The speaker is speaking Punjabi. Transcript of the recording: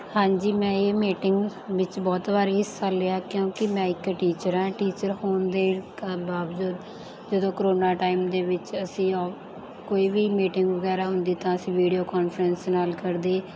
ਹਾਂਜੀ ਮੈਂ ਇਹ ਮੀਟਿੰਗ ਵਿੱਚ ਬਹੁਤ ਵਾਰੀ ਹਿੱਸਾ ਲਿਆ ਕਿਉਂਕਿ ਮੈਂ ਇੱਕ ਟੀਚਰ ਹਾਂ ਟੀਚਰ ਹੋਣ ਦੇ ਕ ਬਾਵਜੂਦ ਜਦੋਂ ਕਰੋਨਾ ਟਾਈਮ ਦੇ ਵਿੱਚ ਅਸੀਂ ਕੋਈ ਵੀ ਮੀਟਿੰਗ ਵਗੈਰਾ ਹੁੰਦੀ ਤਾਂ ਅਸੀਂ ਵੀਡੀਓ ਕੋਨਫਰੈਂਸ ਨਾਲ ਕਰਦੇ